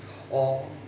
oh